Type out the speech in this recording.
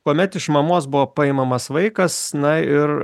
kuomet iš mamos buvo paimamas vaikas na ir